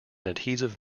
adhesive